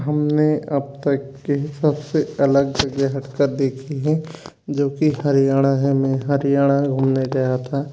हमने अब तक के सबसे अलग जगह हटकर देखी है जो कि हरियाणा है मैं हरियाणा घूमने गया था